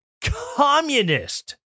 communist